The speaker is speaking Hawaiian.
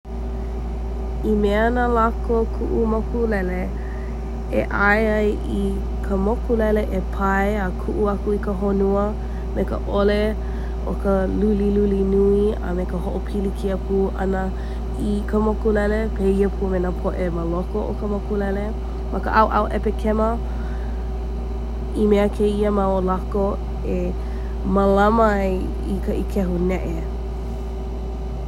I mea nā lako kuʻu mokulele e ʻae ai i ka mokulele e pae a kuʻu aku i ka hōnua me ka ʻole o ka luliluli nui, a me ka hoʻopilikia pū ʻana i ka mokulele pēia pū me nā poʻe i loko o ka mokulele. Ma ka ʻaoʻao ʻepekema, i mea kēia mau lako e mālama ai i ka ʻīkehu neʻe.